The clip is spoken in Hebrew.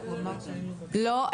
לא?